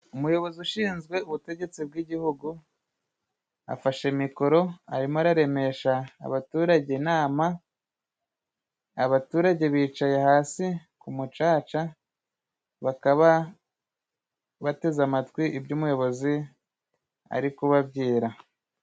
Umuyobozi ushinzwe ubutegetsi bw'igihugu afashe mikoro arimo araremesha abaturage inama .Abaturage bicaye hasi ku mucaca bakaba bateze amatwi ibyo umuyobozi ari kubabyira.